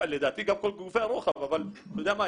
לדעתי גם כל גופי הרוחב, אבל אתה יודע מה?